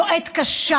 זו עת קשה,